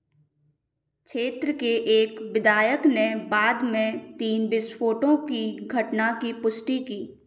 क्षेत्र के एक विधायक ने बाद में तीन विस्फोटों की घटना की पुष्टि की